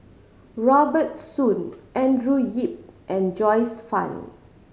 Robert Soon Andrew Yip and Joyce Fan